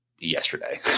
yesterday